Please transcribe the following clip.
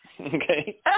Okay